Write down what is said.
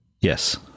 Yes